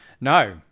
no